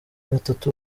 batatu